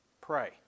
pray